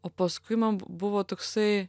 o paskui man buvo toksai